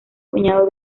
puñado